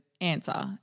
answer